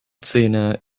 szene